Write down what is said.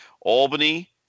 Albany